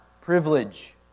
privilege